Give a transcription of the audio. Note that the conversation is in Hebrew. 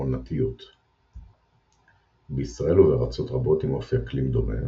עונתיות בישראל ובארצות רבות עם אופי אקלים דומה,